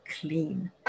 clean